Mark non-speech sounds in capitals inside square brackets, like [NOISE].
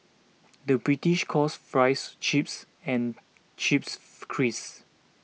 the British calls Fries Chips and chips [UNINTELLIGIBLE] crisps